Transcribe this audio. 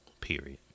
period